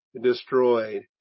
destroyed